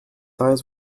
eyes